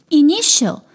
initial